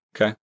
Okay